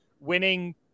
winning